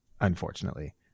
unfortunately